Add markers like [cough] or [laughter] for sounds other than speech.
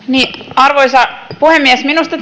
arvoisa puhemies minusta [unintelligible]